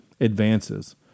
advances